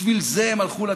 בשביל זה הם הלכו לתפקיד?